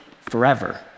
forever